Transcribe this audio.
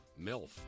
MILF